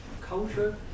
culture